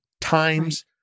times